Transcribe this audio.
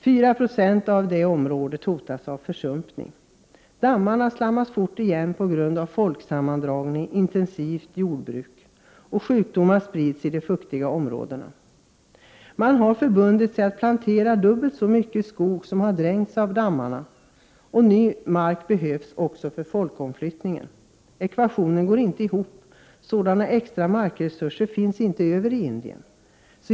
4 90 av området hotas av försumpning. Dammarna slammas fort igen på grund av folksammandragning och intensivt jordbruk. Sjukdomar sprids i de fuktiga områdena. Man har förbundit sig att plantera dubbelt så mycket skog som den som har dränkts, och ny mark behövs för folkomflyttningen. Ekvationen går inte ihop. Sådana extra markresurser finns inte över i Indien.